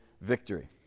victory